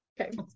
Okay